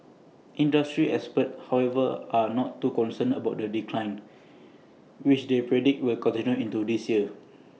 industry experts however are not too concerned about the decline which they predict will continue into this year